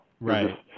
Right